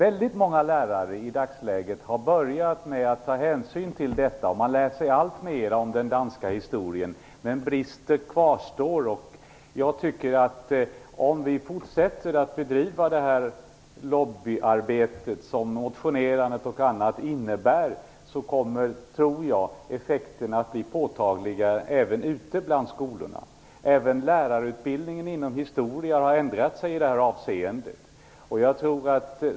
I dagsläget har väldigt många lärare börjat ta hänsyn till detta. Man lär sig alltmer om den danska historien, men brister kvarstår. Om vi fortsätter att bedriva det lobbyarbete som motionerandet och annat innebär tror jag att effekterna kommer att bli påtagliga även ute i skolorna. Även lärarutbildningen i historia har ändrat sig i det här avseendet.